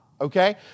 okay